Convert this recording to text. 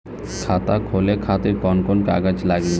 खाता खोले खातिर कौन कौन कागज लागी?